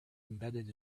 embedded